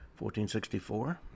1464